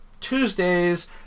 Tuesdays